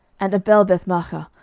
and abelbethmaachah,